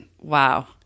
Wow